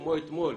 כמו אתמול,